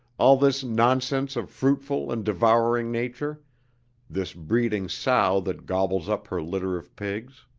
all this nonsense of fruitful and devouring nature this breeding sow that gobbles up her litter of pigs.